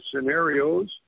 scenarios